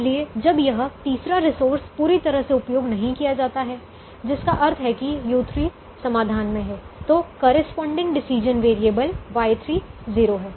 इसलिए जब यह तीसरा रिसोर्स पूरी तरह से उपयोग नहीं किया जाता है जिसका अर्थ है कि u3 समाधान में है तो करेस्पॉन्डिंग डिसीजन वेरिएबल Y3 0 है